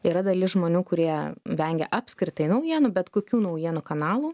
yra dalis žmonių kurie vengia apskritai naujienų bet kokių naujienų kanalų